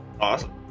Awesome